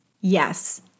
yes